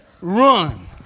run